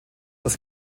das